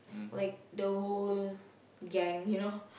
like the whole gang you know